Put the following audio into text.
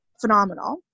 phenomenal